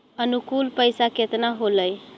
अनुकुल पैसा केतना होलय